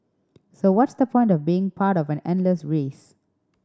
so what's the point of being part of an endless race